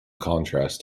contrast